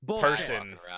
person